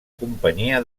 companyia